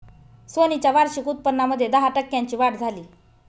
Sony च्या वार्षिक उत्पन्नामध्ये दहा टक्क्यांची वाढ झाली